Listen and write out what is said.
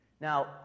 Now